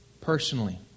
personally